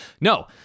no